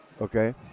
Okay